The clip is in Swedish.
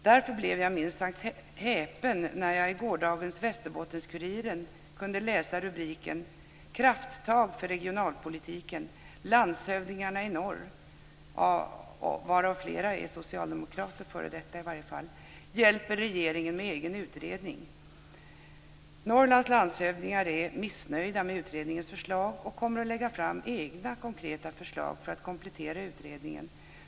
Därför blev jag minst sagt häpen när jag i gårdagens Västerbottens-Kuriren kunde läsa rubriken "Krafttag för regionalpolitiken - Landshövdingarna i norr hjälper regeringen med egen utredning". Flera av dessa är socialdemokrater, eller i varje fall f.d. Norrlands landshövdingar är missnöjda med utredningens förslag och kommer att lägga fram egna konkreta förslag för att komplettera utredningen.